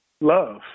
Love